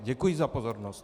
Děkuji za pozornost.